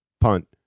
punt